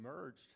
merged